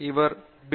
our B